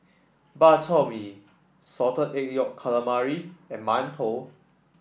Bak Chor Mee Salted Egg Yolk Calamari and mantou